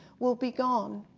will be gone.